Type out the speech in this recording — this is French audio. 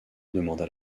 demanda